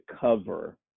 cover